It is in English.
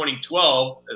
2012